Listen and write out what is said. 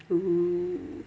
!woo!